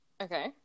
Okay